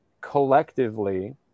collectively